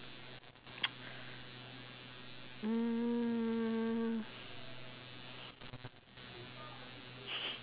mm